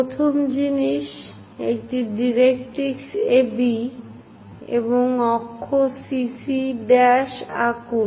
প্রথম জিনিস একটি ডাইরেক্ট্রিক্স AB এবং অক্ষ CC' আঁকুন